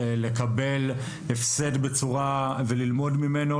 לקבל הפסד וללמוד ממנו,